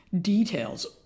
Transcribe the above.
details